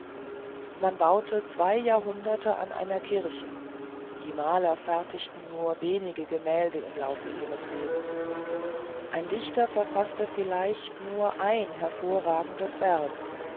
man baute zwei jahrhunderte an einer kirche die maler fertigten nur wenige gemälde im lauf ihres lebens ein dichter verfaßte vielleicht nur ein hervorragendes werk